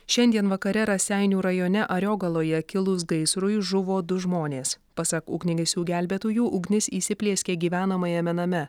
šiandien vakare raseinių rajone ariogaloje kilus gaisrui žuvo du žmonės pasak ugniagesių gelbėtojų ugnis įsiplieskė gyvenamajame name